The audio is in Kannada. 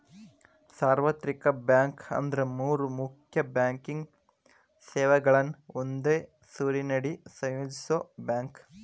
ಸಾರ್ವತ್ರಿಕ ಬ್ಯಾಂಕ್ ಅಂದ್ರ ಮೂರ್ ಮುಖ್ಯ ಬ್ಯಾಂಕಿಂಗ್ ಸೇವೆಗಳನ್ನ ಒಂದೇ ಸೂರಿನಡಿ ಸಂಯೋಜಿಸೋ ಬ್ಯಾಂಕ್